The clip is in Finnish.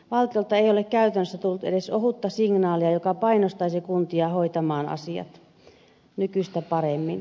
valtiolta ei ole käytännössä tullut edes ohutta signaalia joka painostaisi kuntia hoitamaan asiat nykyistä paremmin